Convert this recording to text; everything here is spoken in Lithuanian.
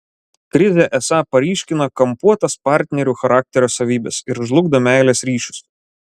krizė esą paryškina kampuotas partnerių charakterio savybes ir žlugdo meilės ryšius